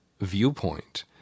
viewpoint